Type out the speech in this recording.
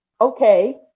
okay